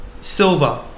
silver